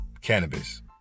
cannabis